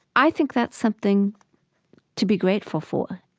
i think that's something to be grateful for,